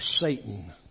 Satan